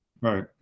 Right